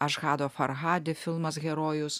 ažhado farhadi filmas herojus